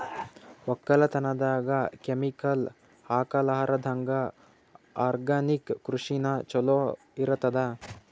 ಒಕ್ಕಲತನದಾಗ ಕೆಮಿಕಲ್ ಹಾಕಲಾರದಂಗ ಆರ್ಗ್ಯಾನಿಕ್ ಕೃಷಿನ ಚಲೋ ಇರತದ